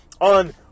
on